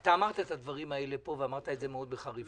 אתה אמרת את הדברים האלה פה ואמרת את זה מאוד בחריפות.